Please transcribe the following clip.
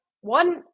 one